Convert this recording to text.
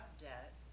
debt